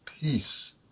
peace